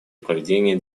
проведения